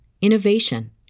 innovation